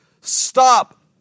stop